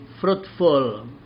fruitful